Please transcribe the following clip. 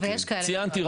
ציינתי,